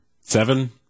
Seven